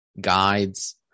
guides